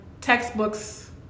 textbooks